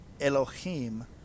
Elohim